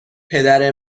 پدر